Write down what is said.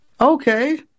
okay